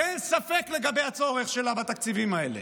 שאין ספק לגבי הצורך שלה בתקציבים האלה,